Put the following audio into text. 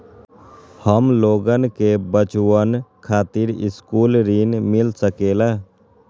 हमलोगन के बचवन खातीर सकलू ऋण मिल सकेला?